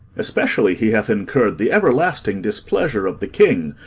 especially he hath incurred the everlasting displeasure of the king,